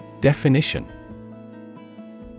Definition